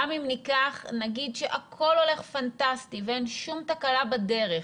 נגיד שהכול הולך פנטסטי ואין שום תקלה בדרך,